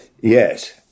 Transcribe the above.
Yes